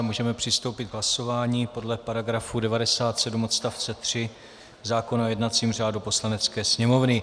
Můžeme přistoupit k hlasování podle § 97 odst. 3 zákona o jednacím řádu Poslanecké sněmovny.